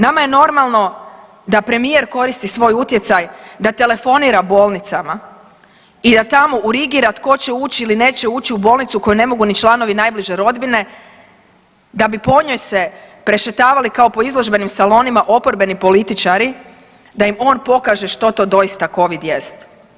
Nama je normalno da premijer koristi svoj utjecaj da telefonira bolnicama i da tamo urigira tko će ući ili neće uči u bolnicu koju ne mogu ni članovi najbliže rodbine, da bi po njoj se prešetavali kao po izložbenim salonima oporbenim političari da im on pokaže što to doista COVID jest.